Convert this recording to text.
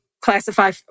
classify